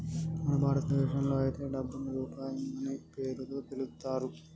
మన భారతదేశంలో అయితే డబ్బుని రూపాయి అనే పేరుతో పిలుత్తారు